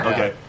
Okay